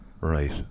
right